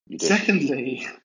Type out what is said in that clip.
Secondly